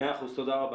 תודה רבה.